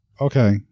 Okay